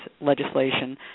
legislation